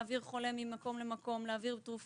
כמו להעביר חולה ממקום למקום, להעביר תרופות.